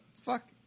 fuck